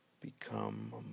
Become